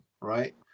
right